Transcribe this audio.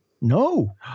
No